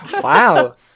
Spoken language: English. Wow